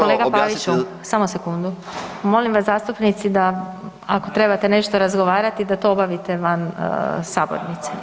Kolega Paviću samo sekundu, molim vas zastupnici da ako trebate nešto razgovarati da to obavite van sabornice.